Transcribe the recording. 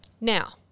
Now